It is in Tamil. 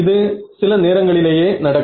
இது சில நேரங்களிலேயே நடக்கும்